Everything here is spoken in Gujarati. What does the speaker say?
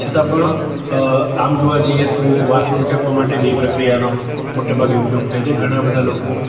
છતાં પણ આમ જોવા જઈએ તો વાસણ ઉટકવાં માટે બે પ્રક્રિયાનો મોટેભાગે ઉપયોગ થાય છે ઘણા બધા લોકો